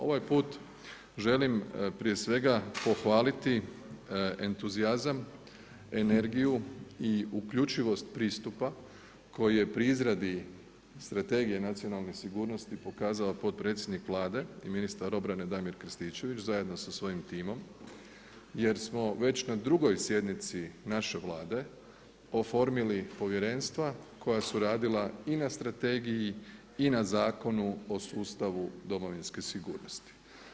Ovaj put želim prije svega pohvaliti entuzijazam, energiju i uključivost pristupa koji je pri izradi Strategije nacionalne sigurnosti pokazao potpredsjednik Vlade i ministar obrane Damir Krstičević zajedno sa svojim timom, jer smo već na drugoj sjednici naše Vlade oformili povjerenstva koja su radila i na strategiji i na Zakonu o sustavu domovinske sigurnosti.